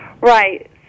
Right